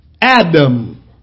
Adam